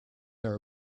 her